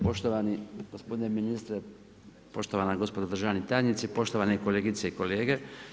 Poštovani gospodine ministre, poštovana gospodo državni tajnici, poštovane kolegice i kolege.